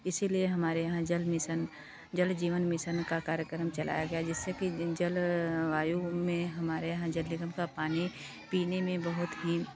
इसी लिए हमारे यहाँ जल मिसन जल जीवन मिसन का कार्यक्रम चलाया गया जिससे कि दिनचल वायु में हमारे यहाँ जल निगम का पानी पीने में बहुत ही